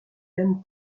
jahn